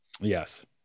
Yes